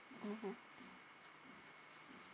mmhmm